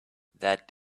that